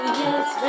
yes